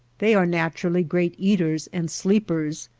they are naturally great eaters and sleepers,